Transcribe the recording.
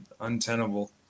untenable